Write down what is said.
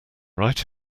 right